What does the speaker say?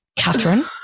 Catherine